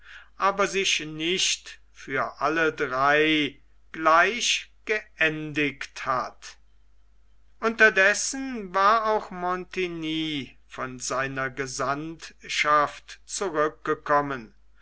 aber sich nicht für alle drei gleich geendigt hat unterdessen war auch montigny von seiner gesandtschaft zurückgekommen